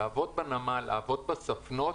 לעבוד בנמל, לעבוד בסַפְנוֹת,